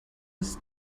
ist